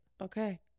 Okay